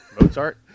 Mozart